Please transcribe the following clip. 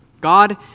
God